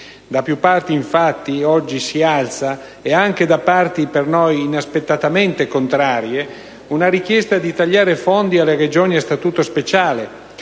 Da più parti infatti oggi si alza, e anche da parti per noi inaspettatamente contrarie, una richiesta di tagliare fondi alle Regioni a statuto speciale,